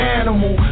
animal